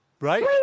Right